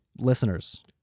listeners